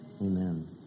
Amen